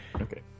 Okay